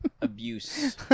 Abuse